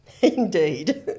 indeed